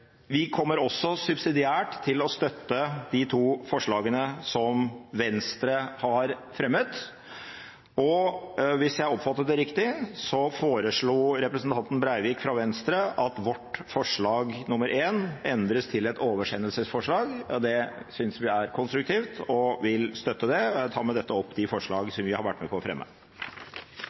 Vi kommer også subsidiært til å støtte de to forslagene som Venstre har fremmet, og hvis jeg oppfattet det riktig, foreslo representanten Breivik fra Venstre at forslag nr. 1 endres til et oversendelsesforslag. Det synes vi er konstruktivt, og vi vil støtte det. Det er et viktig tema som tas opp i representantforslaget, og jeg deler komiteens vurdering av at det er alvorlig at unge mennesker opplever kroppspress. Som